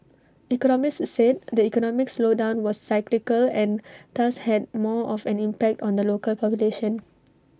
economists said the economic slowdown was cyclical and thus had more of an impact on the local population